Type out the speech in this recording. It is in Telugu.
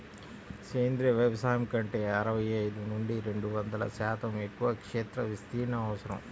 సేంద్రీయ వ్యవసాయం కంటే అరవై ఐదు నుండి రెండు వందల శాతం ఎక్కువ క్షేత్ర విస్తీర్ణం అవసరం